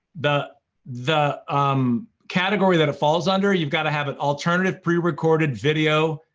the the um category that it falls under, you've got to have an alternative pre-recorded video,